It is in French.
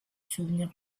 souvenir